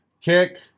Kick